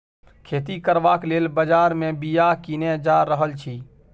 खेती करबाक लेल बजार मे बीया कीने जा रहल छी